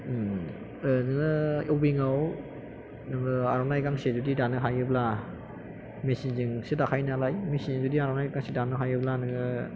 नोङो विभिं आव नोङो आर'नाइ गांसे जुदि दानो हायोब्ला मेसिन जोंसो दाखायो नालाय मेसिन जों जुदि आर'नाइ गांसे दानो हायोब्ला नोङो